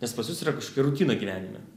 nes pas jus yra kažkokia rutina gyvenime